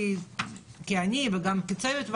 אני וגם צוות הוועדה,